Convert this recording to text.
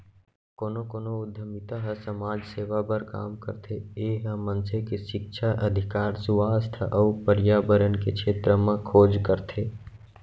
कोनो कोनो उद्यमिता ह समाज सेवा बर काम करथे ए ह मनसे के सिक्छा, अधिकार, सुवास्थ अउ परयाबरन के छेत्र म खोज करथे